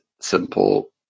simple